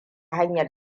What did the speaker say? hanyar